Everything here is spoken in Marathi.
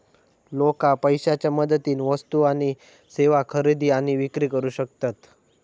लोका पैशाच्या मदतीन वस्तू आणि सेवा खरेदी आणि विक्री करू शकतत